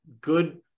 good